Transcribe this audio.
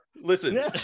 listen